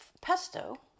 pesto